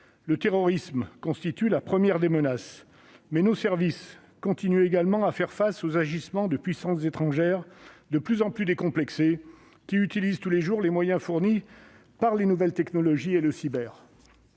le terrorisme constitue la première des menaces, nos services ne cessent de faire face également aux agissements de puissances étrangères de plus en plus décomplexées, qui utilisent tous les moyens fournis par les nouvelles technologies et par le cyber.